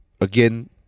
again